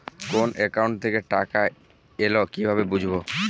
কোন একাউন্ট থেকে টাকা এল কিভাবে বুঝব?